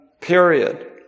period